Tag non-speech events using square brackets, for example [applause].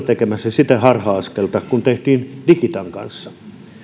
[unintelligible] tekemässä sitä harha askelta kuin tehtiin digitan kanssa